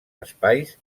espais